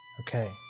Okay